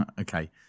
Okay